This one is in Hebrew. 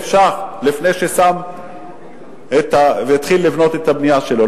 שקלים לפני שהתחיל לבנות את הבנייה שלו,